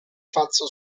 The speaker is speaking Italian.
falso